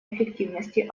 эффективности